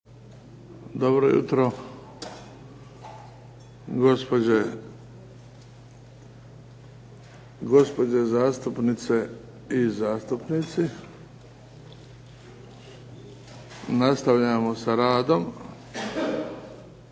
Dobro jutro gospođe zastupnice i zastupnici. Nastavljamo sa radom,